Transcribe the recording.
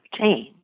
change